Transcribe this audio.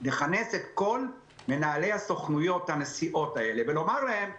לכנס את כל מנהלי סוכנויות הנסיעות האלה ולומר להם: